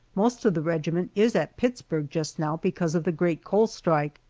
most of the regiment is at pittsburg just now because of the great coal strike.